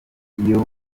iyo